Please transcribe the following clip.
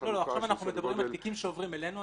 עכשיו אנחנו מדברים על תיקים שעוברים אלינו,